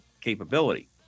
capability